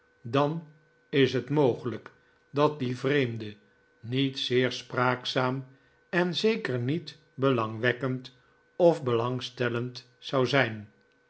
dan is het mogelijk dat die vreemde niet zeer spraakzaam en zeker niet belangwekkend of belangstellend zou zijn